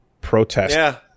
protest